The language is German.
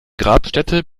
grabstätte